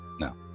No